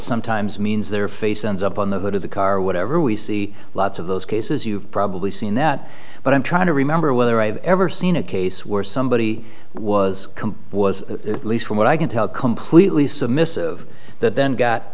sometimes means their faces up on the hood of the car or whatever we see lots of those cases you've probably seen that but i'm trying to remember whether i've ever seen a case where somebody was was at least from what i can tell completely submissive that then got